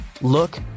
look